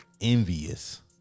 envious